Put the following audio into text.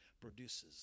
produces